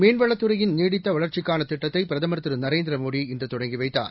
மீன்வளத் துறையின் நீடித்த வளர்ச்சிக்கான திட்டத்தை பிரதமர் திரு நரேந்திரமோடி இன்று தொடங்கி வைத்தார்